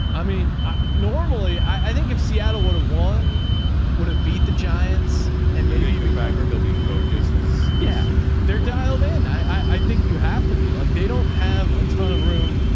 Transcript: i mean, i normally, i think if seattle would've won would have beat the giants and maybe even cover there'll be focused is yeah and they're dialed in. i think you have to be like, they don't have a ton of room.